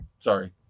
Sorry